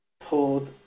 pulled